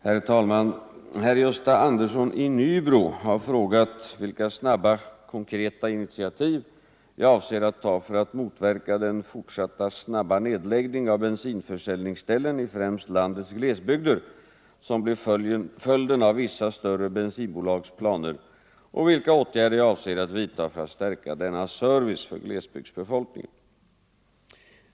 Herr talman! Herr Andersson i Nybro har frågat vilka snabba konkreta initiativ jag avser att ta för att motverka den fortsatta snabba nedläggning av bensinförsäljningsställen i främst landets glesbygder som blir följden av vissa större bensinbolags planer och vilka åtgärder jag avser att vidta för att stärka denna service för glesbygdsbefolkningen.